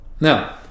Now